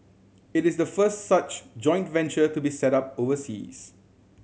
it is the first such joint to be set up overseas